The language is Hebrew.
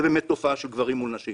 זו באמת תופעה של גברים או נשים